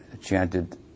chanted